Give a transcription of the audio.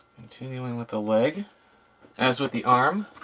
continuing with the leg as with the arm.